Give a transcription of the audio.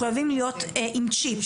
מחויבים להיות עם צ'יפ.